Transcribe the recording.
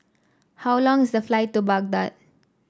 how long is the flight to Baghdad